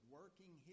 working